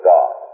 God